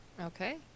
okay